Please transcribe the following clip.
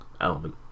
element